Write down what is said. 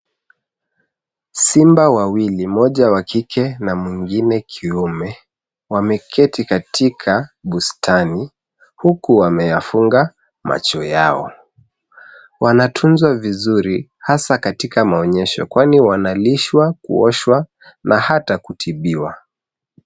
Simba wawili, mmoja wa kike na mwingine kiume wameketi katika bustani , huku wameyafunga macho yao. Wanatunzwa vizuri hasa katika maonyesho kwani wanalishwa , kuoshwa na hata kutibiwa.